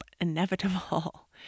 inevitable